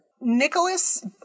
Nicholas